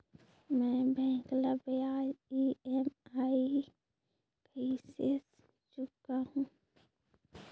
मैं बैंक ला ब्याज ई.एम.आई कइसे चुकाहू?